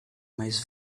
mais